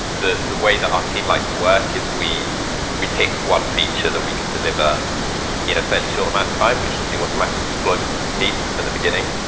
the the way that our team likes to work is we we picked one feature that we could deliver in a fairly short amount of time, which was the automatic deployment piece at the beginning.